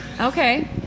Okay